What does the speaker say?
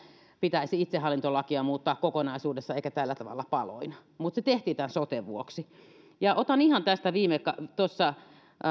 pitäisi itsehallintolakia muuttaa kokonaisuudessaan eikä tällä tavalla paloina mutta se tehtiin tämän soten vuoksi ja otan ihan tästä viime kaudelta